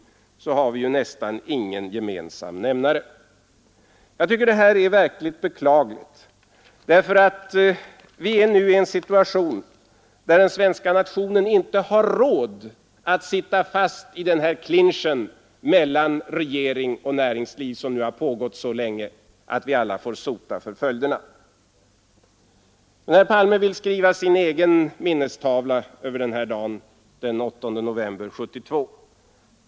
Jag tycker det är verkligt beklagligt, därför att vi befinner oss nu i en situation, där den svenska nationen inte har råd att sitta fast i denna clinch mellan regering och näringsliv, som nu har pågått så länge att vi alla får sota för följderna. Herr Palme vill skriva sin egen minnestavla över denna dag, den 8 november 1972.